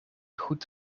goed